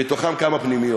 ומתוכן כמה פנימיות.